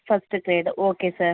first trade okay sir